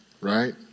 right